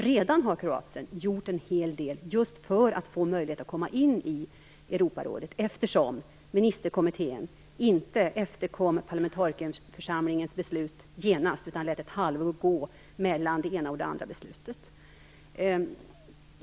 Kroatien har redan gjort en hel del för att få möjlighet att komma in i Europarådet, eftersom ministerkommittén inte efterkom parlamentarikerförsamlingens beslut genast. Man lät ett halvår gå mellan besluten.